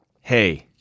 Hey